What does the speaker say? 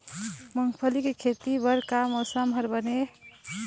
मूंगफली के खेती बर का मौसम हर बने ये?